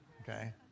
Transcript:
Okay